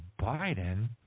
Biden